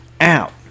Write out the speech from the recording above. out